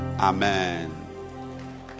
Amen